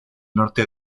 norte